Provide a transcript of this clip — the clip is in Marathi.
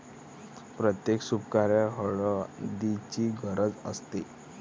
प्रत्येक शुभकार्यात हळदीची गरज असते